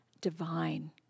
divine